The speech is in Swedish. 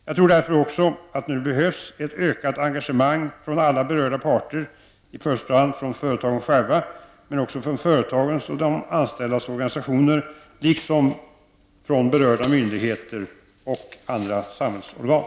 Jag tror därför också att det nu behövs ett ökat engagemang från alla berörda parter, i första hand från företagen själva men också från företagens och de anställdas organisationer, liksom från berörda myndigheter och andra samhällsorgan.